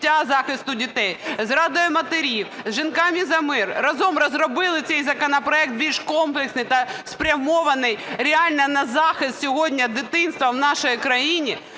захисту дітей, з Радою матерів, з "Жінками за мир", разом розробили цей законопроект більш комплексний та спрямований реально на захист сьогодні дитинства в нашій країні.